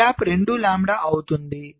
ఈ gap 2 lambda అవుతుంది